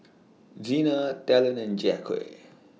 Zina Talon and Jacque